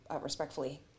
respectfully